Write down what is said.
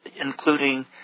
including